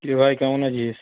কি ভাই কেমন আছিস